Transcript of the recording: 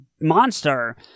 monster